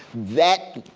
that